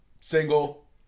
single